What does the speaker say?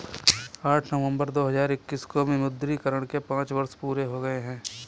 आठ नवंबर दो हजार इक्कीस को विमुद्रीकरण के पांच वर्ष पूरे हो गए हैं